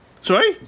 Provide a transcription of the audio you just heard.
Sorry